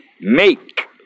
Make